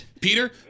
Peter